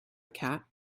cat